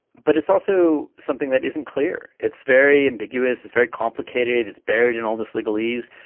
but it's also something that isn't clear. it's very ambiguous, it's very complicated, it's buried in all this legalise.